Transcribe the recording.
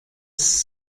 ist